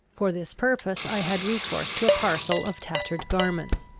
for this purpose i had recourse to a parcel of tattered garments,